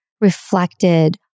reflected